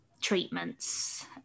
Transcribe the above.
treatments